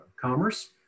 commerce